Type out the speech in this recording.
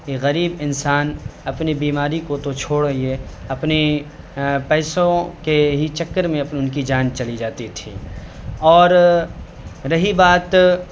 کہ غریب انسان اپنی بیماری کو تو چھوڑیے اپنی پیسوں کے ہی چکر میں ان کی جان چلی جاتی تھی اور رہی بات